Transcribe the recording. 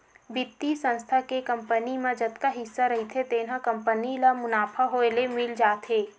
बित्तीय संस्था के कंपनी म जतका हिस्सा रहिथे तेन ह कंपनी ल मुनाफा होए ले मिल जाथे